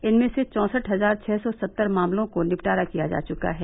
इनमें से चौंसठ हजार छः सौ सत्तर मामलों को निपटारा किया जा चुका है